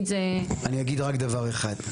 אני אגיד רק דבר אחד.